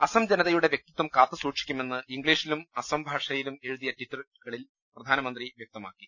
അസം ജനതയുടെ വ്യക്തിത്വം കാത്തുസൂക്ഷിക്കു മെന്ന് ഇംഗ്ലീഷിലും അസം ഭാഷയിലും എഴുതിയ ട്വീറ്റുകളിൽ പ്രധാനമന്ത്രി വ്യക്തമാക്കി